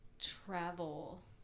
travel